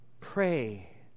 Pray